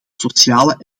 sociale